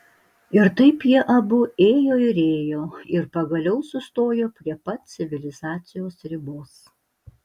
ir taip jie abu ėjo ir ėjo ir pagaliau sustojo prie pat civilizacijos ribos